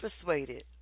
persuaded